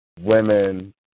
women